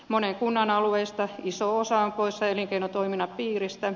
monen kunnan alueista iso osa on poissa elinkeinotoiminnan piiristä